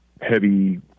heavy